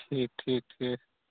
ٹھیٖک ٹھیٖک ٹھیٖک